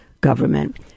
government